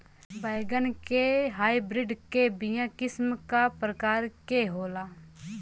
बैगन के हाइब्रिड के बीया किस्म क प्रकार के होला?